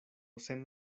sen